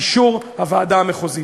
אישור הוועדה המחוזית.